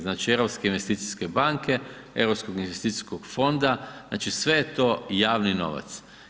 Znači Europske investicijske banke, Europskog investicijskog fonda, znači sve je to javni novac.